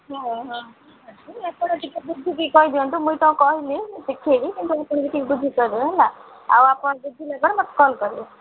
ହଁ ହଁ ଠିକ୍ ଅଛି ଆପଣ ଟିକେ ବୁଝିକି କହିଦିଅନ୍ତୁ ମୁଁ ତାଙ୍କୁ କହିଲି ମୁଁ ଶିଖାଇବି କିନ୍ତୁ ହେଲା ଆଉ ଆପଣ ବୁଝିଲେ ଯାହା ମୋତେ କଲ୍ କରିବେ